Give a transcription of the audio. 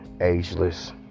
ageless